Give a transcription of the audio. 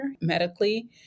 medically